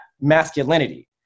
Masculinity